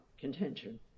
contention